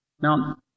Now